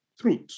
truth